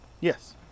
Yes